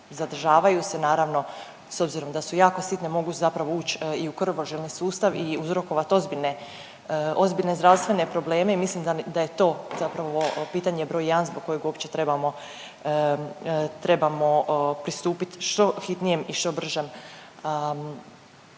zadržavaju se naravno, s obzirom da su jako sitne mogu zapravo uć i u krvožilni sustav i uzrokovat ozbiljne, ozbiljne zdravstvene probleme i mislim da je to zapravo pitanje broj jedan zbog kojeg uopće trebamo, trebamo pristupit što hitnijem i što bržem